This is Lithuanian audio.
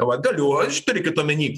vat galiu aš turėkit omeny